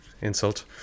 insult